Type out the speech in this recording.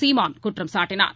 சீமான் குற்றம் சாட்டினார்